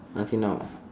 until now